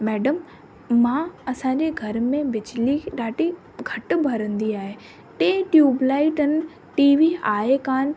madam मां असांजे घर में बिजली ॾाढी घटि ॿरंदी आहे टे ट्यूब्लाइट आहिनि टीवी आहे कोन